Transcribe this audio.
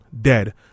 dead